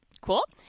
Cool